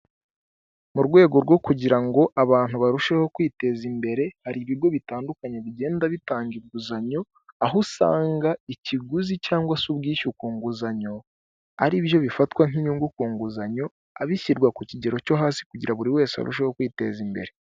Mu rwego rwo kugira ngo abantu barusheho kwiteza imbere hari ibigo bitandukanye bigenda bitanga inguzanyo, aho usanga ikiguzi cyangwa se ubwishyu ku nguzanyo aribyo bifatwa nk'inyungu ku nguzanyo abishyirwa ku kigero cyo hasi kugira buri wese arusheho kwiteza imbere.